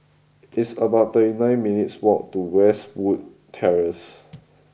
it's about thirty nine minutes' walk to Westwood Terrace